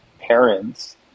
parents